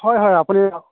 হয় হয় আপুনি